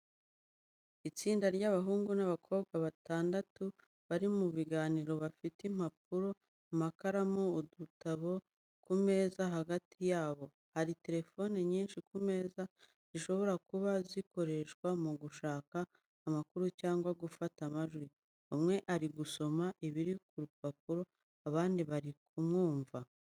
Itsinda ry’abahungu n'abakobwa batandatu, bari mu biganiro bafite impapuro, amakaramu, n’udutabo ku meza hagati yabo. Hari telefone nyinshi ku meza, zishobora kuba zikoreshwa mu gushaka amakuru cyangwa gufata amajwi. Umwe ari gusoma ibiri ku rupapuro, abandi bari kumwumva.